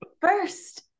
first